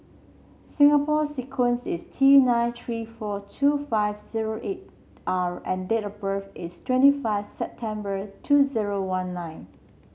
Singapore sequence is T nine three four two five zero eight R and date of birth is twenty five September two zero one nine